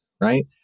right